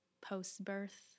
post-birth